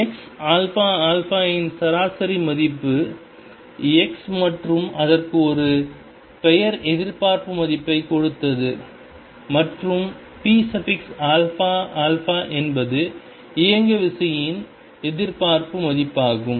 xαα இன் சராசரி மதிப்பு x மற்றும் அதற்கு ஒரு பெயர் எதிர்பார்ப்பு மதிப்பைக் கொடுத்தது மற்றும் pαα என்பது இயங்குவிசையின் எதிர்பார்ப்பு மதிப்பாகும்